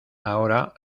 ahora